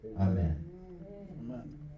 Amen